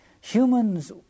Humans